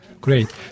great